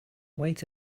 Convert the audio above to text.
wait